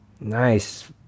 nice